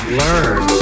learn